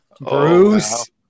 Bruce